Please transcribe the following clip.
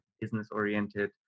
business-oriented